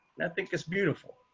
and i think it's beautiful.